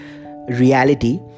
reality